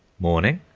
morning,